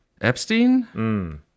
Epstein